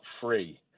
free